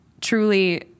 truly